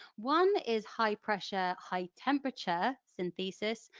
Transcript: one is high-pressure high-temperature synthesis,